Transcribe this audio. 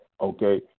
okay